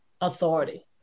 authority